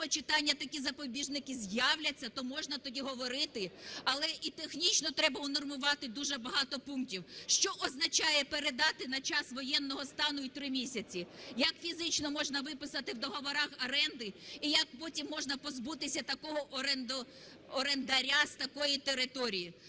другого читання такі запобіжники з'являться, то можна тоді говорити, але і технічно треба унормувати дуже багато пунктів. Що означає: передати на час воєнного стану і 3 місяці? Як фізично можна виписати в договорах оренди і як потім можна позбутися такого орендаря з такої території?